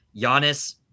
Giannis